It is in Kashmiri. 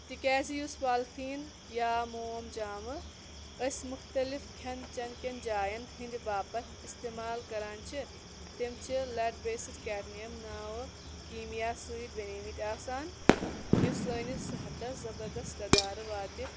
تِکیازِ یُس پالیٖتھیٖن یا مومجامہٕ أسۍ مُختٔلِف کھٮ۪ن چٮ۪ن کٮ۪ن جاین ہِنٛدِ باپتھ اِستعمال کران چھِ تِم چھِ لیڈ بیسِڈ کیرنِیم ناوٕ کیٖمیا سۭتۍ بَنیٚمٕتۍ آسان یُس سٲنِس صحتَس زَبرداست دَدار واتہِ